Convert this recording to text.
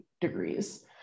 degrees